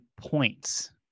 points